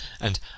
and